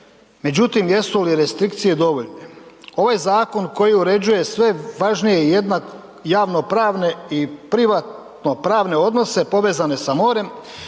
Međutim, jesu li restrikcije dovoljne? Ovo je zakon koji uređuje sve važnije javno pravne i privatno pravne odnose povezane sa morem